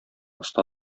оста